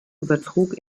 übertrug